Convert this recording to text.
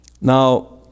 Now